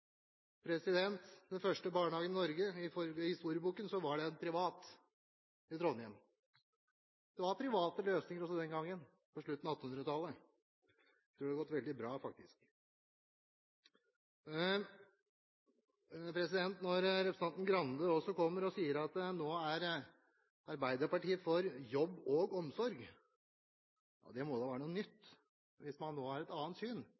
Den første barnehagen i Norge var, ifølge historieboken, privat, og den lå i Trondheim. Det var private løsninger også den gangen, på slutten av 1800-tallet. Jeg tror faktisk det gikk veldig bra. Når representanten Grande sier at Arbeiderpartiet nå er for jobb og omsorg, må det være noe nytt. Hvis man nå har et annet syn,